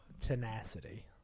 Tenacity